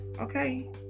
okay